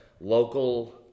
local